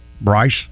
Bryce